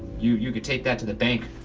you you could take that to the bank,